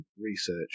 research